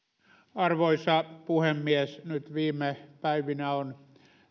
arvoisa puhemies nyt viime päivinä on